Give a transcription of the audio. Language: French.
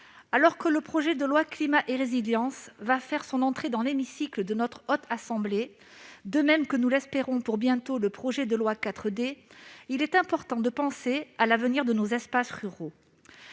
Alors que le projet de loi Climat et résilience va faire son entrée dans l'hémicycle de la Haute Assemblée, de même bientôt- nous l'espérons -que le projet de loi 4D, il est important de penser à l'avenir de nos espaces ruraux.